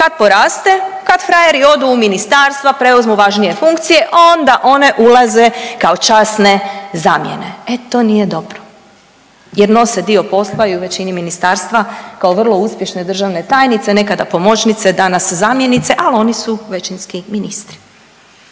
kad poraste? Kad frajeri odu u ministarstva, preuzmu važnije funkcije, onda one ulaze kao časne zamjene. E to nije dobro jer nose dio posla i u većini ministarstva kao vrlo uspješne državne tajnice, nekada pomoćnice, danas zamjenice, ali oni su većinski ministri.